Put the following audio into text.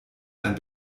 ein